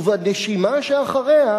ובנשימה שאחריה,